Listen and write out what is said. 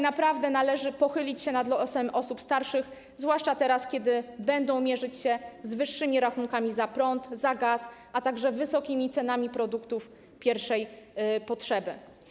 Naprawdę należy pochylić się nad losem osób starszych, zwłaszcza teraz, kiedy będą one mierzyć się z wyższymi rachunkami za prąd, gaz, a także wysokimi cenami produktów pierwszej potrzeby.